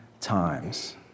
times